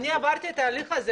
אני עברתי את התהליך הזה,